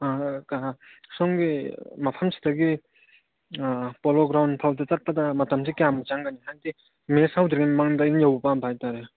ꯀꯩꯅꯣ ꯁꯣꯝꯒꯤ ꯃꯐꯝꯁꯤꯗꯒꯤ ꯄꯣꯂꯣꯒ꯭ꯔꯥꯟ ꯐꯥꯎꯗ ꯆꯠꯄꯗ ꯃꯇꯝꯁꯤ ꯀꯌꯥꯝ ꯆꯪꯒꯅꯤ ꯍꯥꯏꯕꯗꯤ ꯃꯦꯠꯁ ꯍꯧꯗ꯭ꯔꯤꯉꯩ ꯃꯃꯥꯡꯗ ꯑꯩꯅ ꯌꯧꯕ ꯄꯥꯝꯕ ꯍꯥꯏꯇꯥꯔꯦ